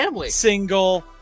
single